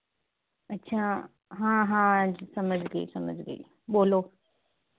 अच्छा हाँ हाँ समझ गयी समझ गयी बोलो